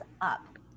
up